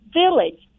village